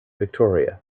victoria